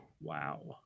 Wow